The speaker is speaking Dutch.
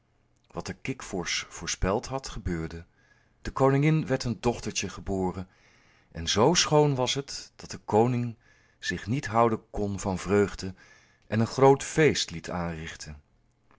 wat de kikvorsch voorspeld had gebeurde de koningin werd een dochtertje geboren en z schoon was het dat de koning zich niet houden kon van vreugde en een groot feest liet aanrichten